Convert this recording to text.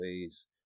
ways